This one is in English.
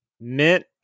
Mint